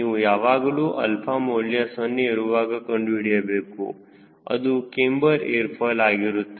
ನೀವು ಯಾವಾಗಲೂ ಅಲ್ಪ ಮೌಲ್ಯ 0 ಇರುವಾಗ ಕಂಡುಹಿಡಿಯಬಹುದು ಅದು ಕ್ಯಾಮ್ಬರ್ ಏರ್ ಫಾಯ್ಲ್ ಆಗಿರುತ್ತದೆ